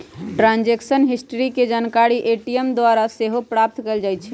transaction history के जानकारी ATM द्वारा सेहो प्राप्त कएल जाइ छइ